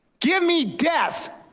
give me deaths.